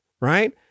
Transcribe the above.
Right